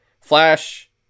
Flash